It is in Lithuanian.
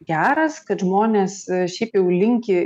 geras kad žmonės šiaip jau linki